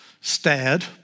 stared